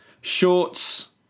shorts